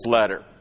letter